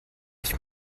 ich